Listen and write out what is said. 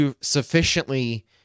sufficiently